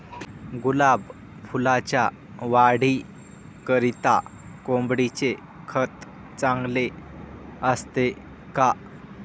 गुलाब फुलाच्या वाढीकरिता कोंबडीचे खत चांगले असते का?